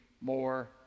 more